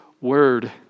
word